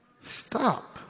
stop